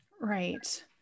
Right